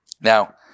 Now